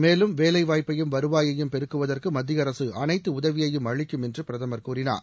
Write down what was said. மேலும் வேலைவாய்ப்பையும் வருவாயையும் பெருக்குவதற்கு மத்திய அரசு அனைத்து உதவியையும் அளிக்கும் என்று பிரதமர் கூறினார்